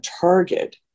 target